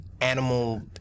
animal